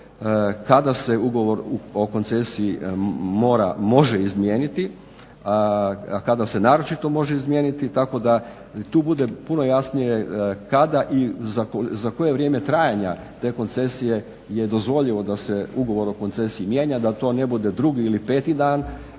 kada se ugovor o koncesiji može izmijeniti, a kada se naročito može izmijeniti, tako da tu bude puno jasnije kada i za koje vrijeme trajanja te koncesije je dozvoljivo da se Ugovor o koncesiji mijenja, da to ne bude drugi ili peti dan